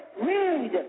read